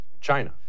China